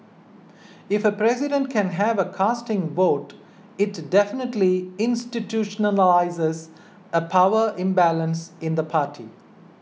if a president can have a casting vote it definitely institutionalises a power imbalance in the party